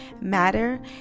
matter